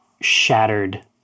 shattered